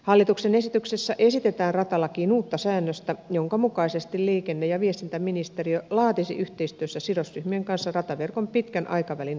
hallituksen esityksessä esitetään ratalakiin uutta säännöstä jonka mukaisesti liikenne ja viestintäministeriö laatisi yhteistyössä sidosryhmien kanssa rataverkon pitkän aikavälin kehittämissuunnitelman